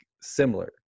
similar